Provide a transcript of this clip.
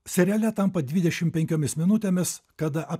seriale tampa dvidešimt penkiomis minutėmis kada